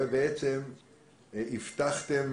בעצם הבטחתם